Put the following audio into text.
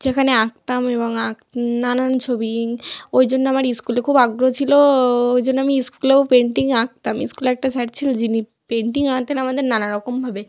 যেখানে আঁকতাম এবং আঁক নানান ছবি ঐজন্য আমার স্কুলে খুব আগ্রহ ছিল ঐজন্য আমি স্কুলেও পেন্টিং আঁকতাম স্কুলে একটা স্যার ছিল যিনি পেন্টিং আঁকতেন আমাদের নানারকম ভাবে